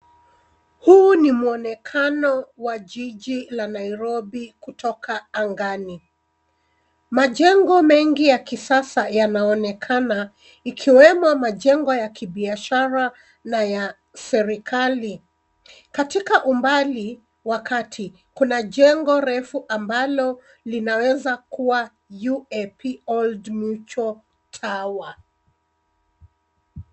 Huu ni mwonekano wa jiji la Nairobi kutoka angani. Majengo mengi ya kisasa yanaonekana ikiwemo majengo ya kibiashara na ya serikali. Katika umbali wa kati kuna jengo refu ambalo linaweza kuwa UAP Old Mutual Tower.